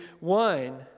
wine